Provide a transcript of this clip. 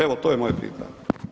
Evo, to je moje pitanje.